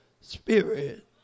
spirit